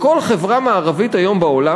בכל חברה מערבית היום בעולם,